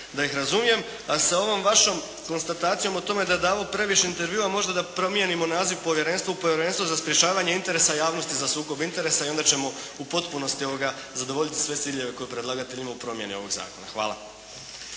da ih razumijem, a sa ovom vašom konstatacijom o tome da je davao previše intervjua, možda da promijenimo naziv povjerenstva u povjerenstvo za sprječavanje interesa javnosti za sukob interesa i onda ćemo u potpunosti zadovoljiti sve ciljeve koje je predlagatelj imao u promjeni ovog zakona. Hvala.